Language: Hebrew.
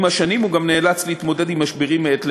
ועם השנים הוא אף נאלץ להתמודד עם משברים מעת לעת.